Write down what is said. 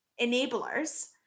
enablers